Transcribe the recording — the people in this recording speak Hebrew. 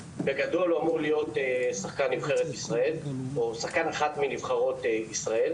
הוא אמור להיות שחקן אחת מנבחרות ישראל